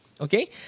Okay